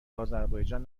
آذربایجان